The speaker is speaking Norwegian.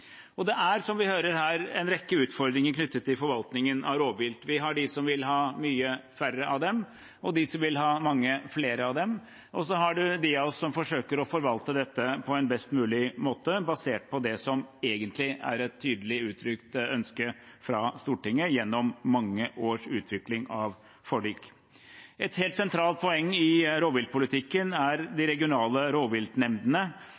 Det er, som vi hører her, en rekke utfordringer knyttet til forvaltningen av rovvilt. Vi har de som vil ha mange færre når det gjelder antall rovvilt, vi har de som vil ha et langt høyere antall, og så er det de av oss som forsøker å forvalte dette på en best mulig måte, basert på det som egentlig er et tydelig uttrykt ønske fra Stortinget gjennom mange års utvikling av forlik. Et helt sentralt poeng i rovviltpolitikken er